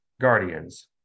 Guardians